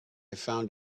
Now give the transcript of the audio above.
found